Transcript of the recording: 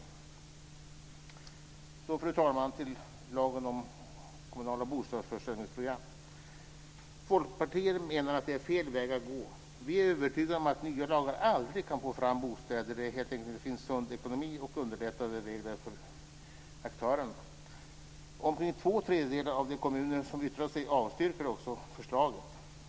Fru talman! Folkpartiet menar att en lag om kommunala bostadsförsörjningsprogram är fel väg att gå. Vi är övertygade om att nya lagar aldrig kan få fram bostäder där det helt enkelt inte finns sund ekonomi och underlättande regler för aktörerna. Omkring två tredjedelar av de kommuner som yttrat sig avstyrker förslaget.